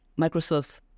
Microsoft